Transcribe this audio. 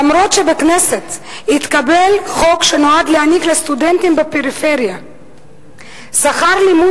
אף-על-פי שבכנסת התקבל חוק שנועד להעניק לסטודנטים בפריפריה שכר לימוד